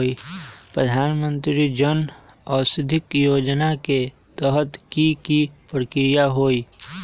प्रधानमंत्री जन औषधि योजना के तहत की की प्रक्रिया होई?